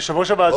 יושב-ראש הוועדה,